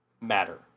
matter